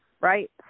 right